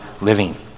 living